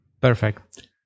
Perfect